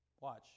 Watch